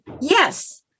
yes